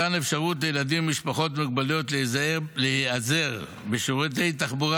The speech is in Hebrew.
מתן אפשרות לילדים ממשפחות עם מוגבלויות להיעזר בשירותי תחבורה